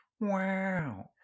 wow